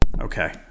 Okay